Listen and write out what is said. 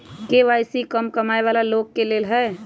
KYC का कम कमाये वाला लोग के लेल है?